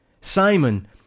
Simon